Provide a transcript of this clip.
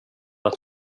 att